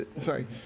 Sorry